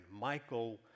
Michael